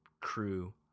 crew